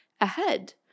ahead